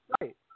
Right